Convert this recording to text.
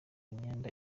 imyenda